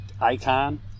icon